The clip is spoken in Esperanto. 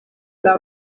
laŭ